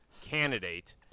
candidate